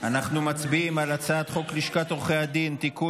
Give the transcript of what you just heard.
אנחנו מצביעים על הצעת חוק לשכת עורכי הדין (תיקון,